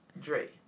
Dre